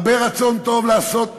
הרבה רצון טוב לעשות,